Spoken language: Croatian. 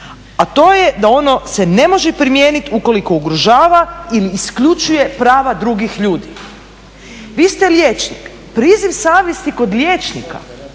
a to je da ono se ne može primijeniti ukoliko ugrožava ili isključuje prava drugih ludi. Vi ste liječnik, priziv savjesti kod liječnika